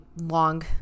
long